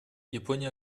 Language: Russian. япония